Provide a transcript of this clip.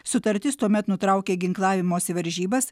sutartis tuomet nutraukė ginklavimosi varžybas